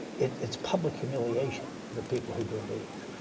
it's public humiliation, the people who did leave.